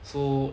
so